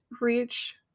reach